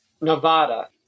Nevada